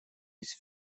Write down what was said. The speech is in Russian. есть